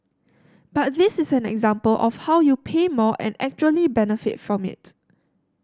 but this is an example of how you pay more and actually benefit from it